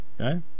Okay